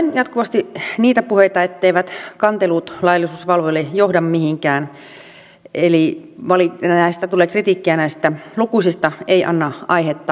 kuulen jatkuvasti niitä puheita etteivät kantelut laillisuusvalvojille johda mihinkään eli kritiikkiä tulee näistä lukuisista ei anna aihetta päätöksistä